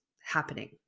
happening